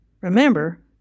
Remember